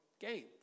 game